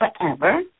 forever